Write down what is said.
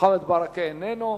מוחמד ברכה, איננו,